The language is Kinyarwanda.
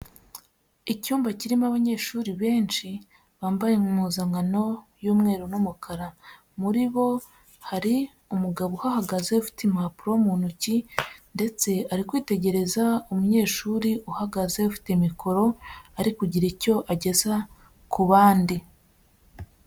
Icyumba kirimo abanyeshuri benshi bambaye mu mpuzankano y'umweru n'umukara, muri bo hari umugabo uhahagaze ufite impapuro mu ntoki ndetse ari kwitegereza umunyeshuri uhagaze ufite mikoro ari kugira icyo ageza ku bandi.